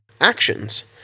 actions